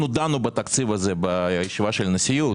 אנחנו דנו בתקציב הזה בישיבה של הנשיאות.